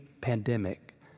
pandemic